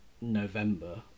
November